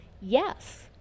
yes